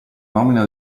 nomina